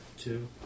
Two